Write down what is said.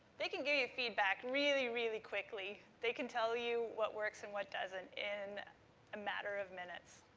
they can give you feedback really, really quickly. they can tell you what works and what doesn't in a matter of minutes.